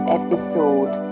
episode